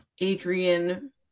Adrian